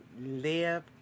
live